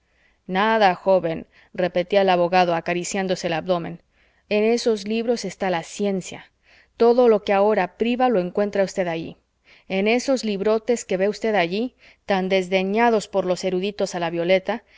nada joven repetía el abogado acariciándose el abdomen en esos libros está la ciencia todo lo que ahora priva lo encuentra usted allí en esos librotes que ve usted allí tan desdeñados por los eruditos a la violeta